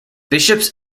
bishops